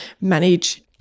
manage